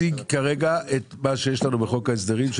כרגע את מה שיש לנו את חוק ההסדרים,